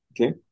Okay